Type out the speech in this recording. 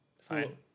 Fine